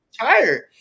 tired